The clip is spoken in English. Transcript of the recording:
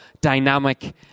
dynamic